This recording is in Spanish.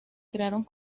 crearon